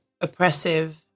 oppressive